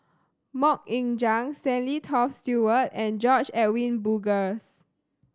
Mok Ying Jang Stanley Toft Stewart and George Edwin Bogaars